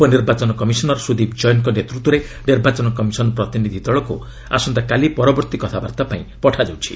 ଉପ ନିର୍ବାଚନ କମିଶନର୍ ସୁଦୀପ୍ କୈନଙ୍କ ନେତୃତ୍ୱରେ ନିର୍ବାଚନ କମିଶନ୍ ପ୍ରତିନିଧି ଦଳକୁ ଆସନ୍ତାକାଲି ପରବର୍ତ୍ତୀ କଥାବାର୍ତ୍ତାପାଇଁ ପଠାଯାଉଛି